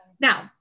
Now